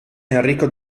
enrico